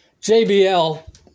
JBL